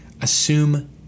assume